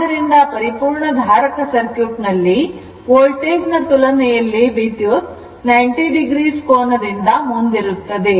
ಆದ್ದರಿಂದ ಪರಿಪೂರ್ಣ ಧಾರಕ ಸರ್ಕ್ಯೂಟ್ ನಲ್ಲಿ ವೋಲ್ಟೇಜ್ ನ ತುಲನೆಯಲ್ಲಿ ವಿದ್ಯುತ್ 90 o ಕೋನದಿಂದ ಮುಂದಿರುತ್ತದೆ